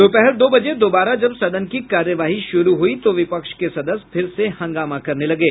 दोपहर दो बजे दोबारा जब सदन की कार्यवाही शुरू हुई तो विपक्ष के सदस्य फिर से हंगामा करने लगे